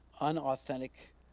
unauthentic